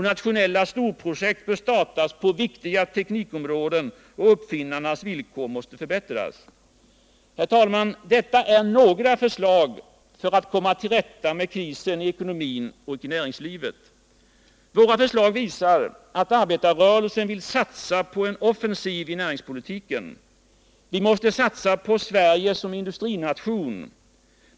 Nationella storprojekt bör startas på viktiga teknikområden, och uppfinnarnas villkor måste förbättras. Herr talman! Detta är några förslag för att komma till rätta med krisen i ekonomin och i näringslivet. Våra förslag visar att arbetarrörelsen vill satsa på en offensiv i näringspolitiken. Vi måste satsa på Sverige som industrination.